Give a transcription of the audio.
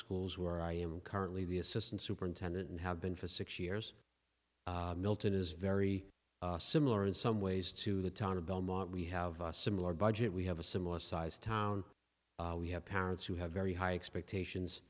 schools where i am currently the assistant superintendent and have been for six years milton is very similar in some ways to the town of belmont we have a similar budget we have a similar sized town we have parents who have very high expectations